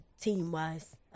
team-wise